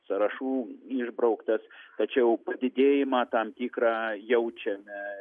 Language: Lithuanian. sąrašų išbrauktas tačiau padidėjimą tam tikrą jaučiame